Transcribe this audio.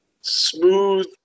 smooth